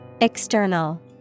External